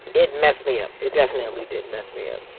it messed me up. it definitely did mess me up